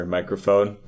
Microphone